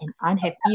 unhappy